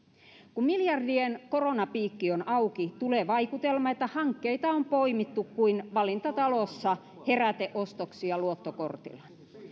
kun miljardien koronapiikki on auki tulee vaikutelma että hankkeita on poimittu kuin valintatalossa heräteostoksia luottokortilla